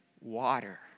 water